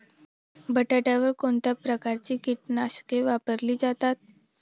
बटाट्यावर कोणत्या प्रकारची कीटकनाशके वापरली जातात?